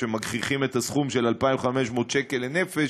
שמגחיכים את הסכום של 2,500 לנפש,